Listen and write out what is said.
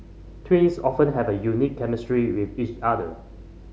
twins often have a unique chemistry with each other